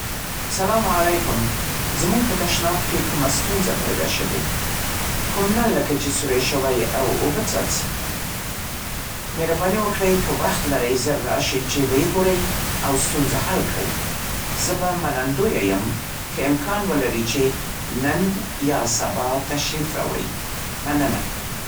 سلام علیکم، زموږ په تشناب کې کومه ستونزه پیدا شوې. کوم نل لکه چې سوری شوی او اوبه څاڅي. مهرباني وکړئ که وخت لرئ، زر راشئ چې ویې ګورئ او ستونزه حل کړئ. زه به منندویه یم که امکان ولري چې نن یا سبا تشریف راوړئ. مننه!